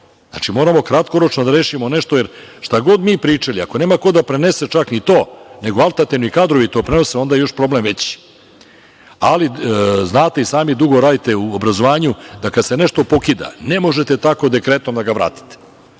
škole. Moramo kratkoročno da rešimo ponešto. Šta god mi pričali, ako nema ko da prenese čak ni to, nego alternativni kadrovi to prenose onda je još problem veći. Znate i sami, dugo radite u obrazovanju da kada se nešto pokida ne možete tako dekretom da ga vratite.